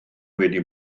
wedi